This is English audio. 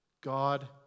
God